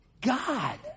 God